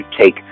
take